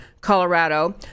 Colorado